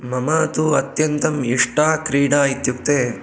मम तु अत्यन्तम् इष्टा क्रीडा इत्युक्ते